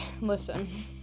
listen